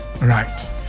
right